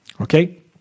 Okay